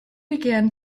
began